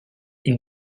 une